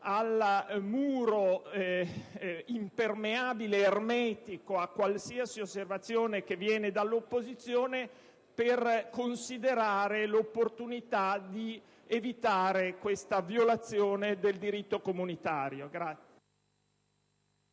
del muro impermeabile, ermetico a qualsiasi osservazione che viene dall'opposizione, per considerare l'opportunità di evitare questa violazione del diritto comunitario.